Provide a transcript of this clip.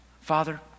Father